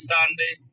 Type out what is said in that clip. Sunday